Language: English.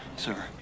sir